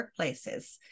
workplaces